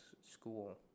school –